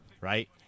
right